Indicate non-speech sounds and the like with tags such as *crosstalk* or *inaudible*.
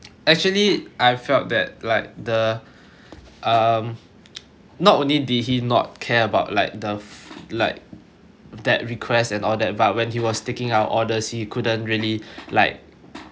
*noise* actually I felt that like the um *noise* not only did he not care about like the f~ like that request and all that but when he was taking our orders so he couldn't really *breath* like